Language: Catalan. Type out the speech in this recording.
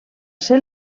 ser